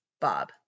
Bob